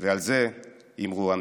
ועל זה אמרו אמן.